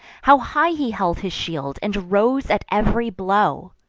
how high he held his shield, and rose at ev'ry blow!